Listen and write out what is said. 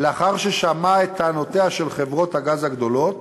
לאחר ששמעה את טענותיהן של חברות הגז הגדולות,